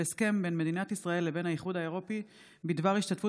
4. הסכם בין מדינת ישראל לבין האיחוד האירופי בדבר השתתפות